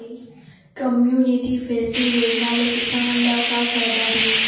Community fencing योजना ले किसान ल का फायदा हे?